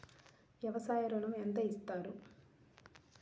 వ్యవసాయ ఋణం ఎంత ఇస్తారు?